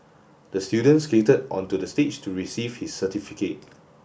the student skated onto the stage to receive his certificate